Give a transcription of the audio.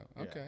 Okay